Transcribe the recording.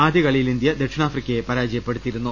ആദ്യകളിയിൽ India ദക്ഷിണാഫ്രിക്കയെ പരാജയ പ്പെടുത്തിയിരുന്നു